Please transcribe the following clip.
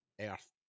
earth